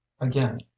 again